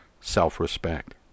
self-respect